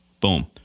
Boom